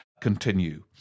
continue